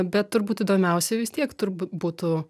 bet turbūt įdomiausia vis tiek turbūt būtų